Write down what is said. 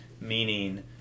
meaning